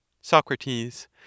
Socrates